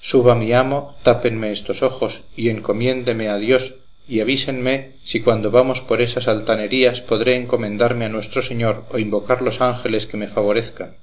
suba mi amo tápenme estos ojos y encomiéndenme a dios y avísenme si cuando vamos por esas altanerías podré encomendarme a nuestro señor o invocar los ángeles que me favorezcan